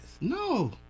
No